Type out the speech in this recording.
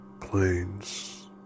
Planes